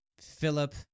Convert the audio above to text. Philip